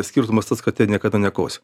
skirtumas tas kad ten niekada nekosi